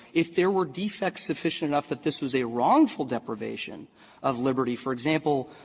if there were defects sufficient enough that this was a wrongful deprivation of liberty, for example,